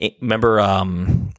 remember